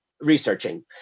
researching